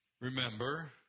remember